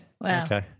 Wow